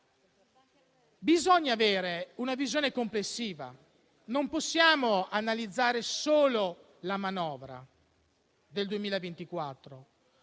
Bisogna avere una visione complessiva. Non possiamo analizzare solo la manovra del 2024,